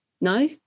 No